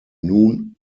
nun